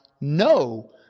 no